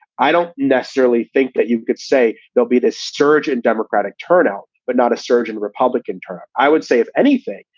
i don't necessarily think that you could say there'll be this surge in democratic turnout, but not a surge in republican. i would say, if anything,